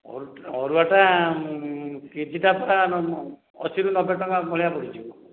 ଅରୁ ଅରୁଆଟା କିଗ୍ରା ଟା ପା ଅଶୀରୁ ନବେ ଟଙ୍କା ଭଳିଆ ପଡ଼ିଯିବ